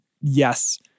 yes